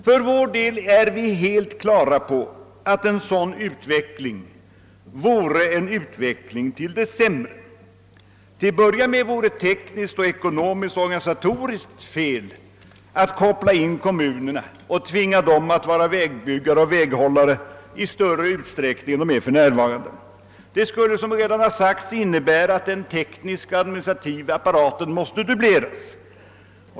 På vårt håll är vi helt på det klara med att en sådan utveckling vore en utveckling till det sämre. Till att börja med vore det tekniskt, ekonomiskt och organisatoriskt felaktigt att koppla in kommunerna och tvinga dem att vara vägbyggare och väghållare i större utsträckning än de för närvarande är. Det skulle som redan sagts innebära att den tekniska och administrativa apparaten måste dubbleras.